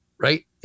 right